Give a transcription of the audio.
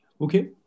Okay